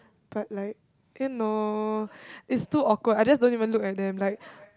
but like you know it's too awkward I just don't even look at them like